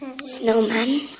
Snowman